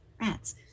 Rats